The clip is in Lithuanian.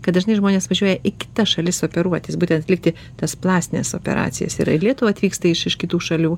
kad dažnai žmonės važiuoja į kitas šalis operuotis būtent atlikti tas plastines operacijas ir į lietuvą atvyksta iš iš kitų šalių